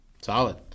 Solid